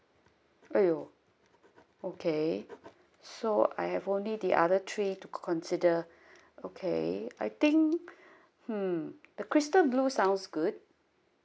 !aiyo! okay so I have only the other three to consider okay I think hmm the crystal blue sounds good